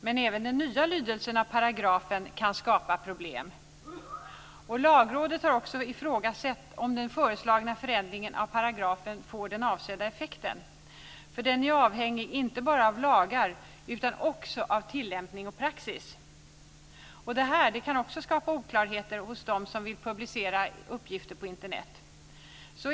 Men även den nya lydelsen av paragrafen kan skapa problem. Lagrådet har också ifrågasatt om den föreslagna förändringen av paragrafen får den avsedda effekten, för den är avhängig inte bara av lagar utan också av tillämpning och praxis. Detta kan också skapa oklarheter hos dem som vill publicera uppgifter på Internet.